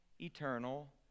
eternal